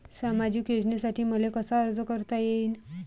सामाजिक योजनेसाठी मले कसा अर्ज करता येईन?